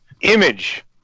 image